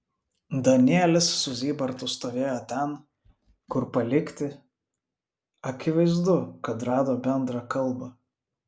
danielis su zybartu stovėjo ten kur palikti akivaizdu kad rado bendrą kalbą